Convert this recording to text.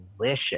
delicious